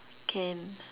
can